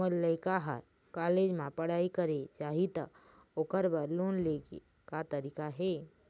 मोर लइका हर कॉलेज म पढ़ई करे जाही, त ओकर बर लोन ले के का तरीका हे?